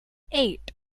eight